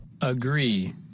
agree